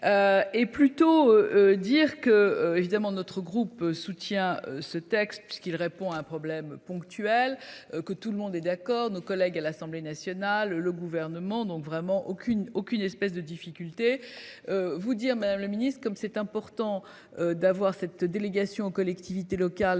Et plutôt dire que évidemment notre groupe soutient ce texte ce qu'il répond à un problème ponctuel que tout le monde est d'accord. Nos collègues à l'Assemblée nationale, le gouvernement donc vraiment aucune aucune espèce de difficulté. Vous dire Madame le Ministre comme c'est important d'avoir cette délégation aux collectivités locales